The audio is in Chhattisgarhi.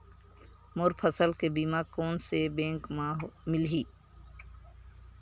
मोर फसल के बीमा कोन से बैंक म मिलही?